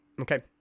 Okay